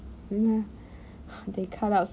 ya they cut out